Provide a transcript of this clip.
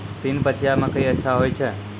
तीन पछिया मकई अच्छा होय छै?